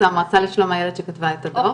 זו המועצה לשלום הילד שכתבה את הדוח.